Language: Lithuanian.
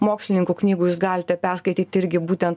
mokslininkų knygų jūs galite perskaityti irgi būtent